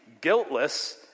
guiltless